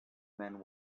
men